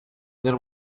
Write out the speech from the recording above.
there